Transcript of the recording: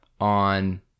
on